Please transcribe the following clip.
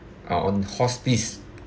uh on hospice